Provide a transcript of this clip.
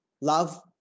love